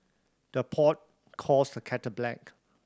the pot calls the kettle black